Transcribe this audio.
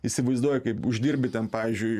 įsivaizduoji kaip uždirbi ten pavyzdžiui